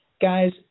Guys